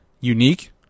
unique